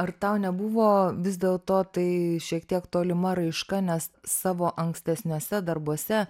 ar tau nebuvo vis dėlto tai šiek tiek tolima raiška nes savo ankstesniuose darbuose